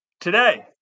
Today